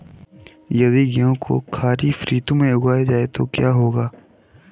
यदि गेहूँ को खरीफ ऋतु में उगाया जाए तो क्या होगा?